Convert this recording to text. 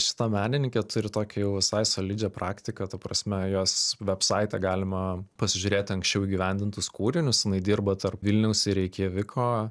šita menininkė turi tokią jau visai solidžią praktiką ta prasme jos vebsaitą galima pasižiūrėti anksčiau įgyvendintus kūrinius jinai dirba tarp vilniaus ir reikjaviko